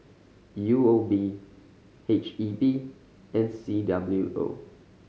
U O B H E B and C W O